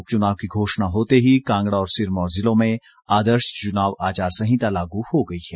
उपचुनाव की घोषणा होते ही कांगड़ा और सिरमौर जिलों में आदर्श चुनाव आचार संहिता लागू हो गई है